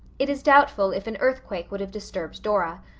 it is doubtful if an earthquake would have disturbed dora.